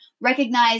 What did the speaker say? recognize